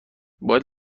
باید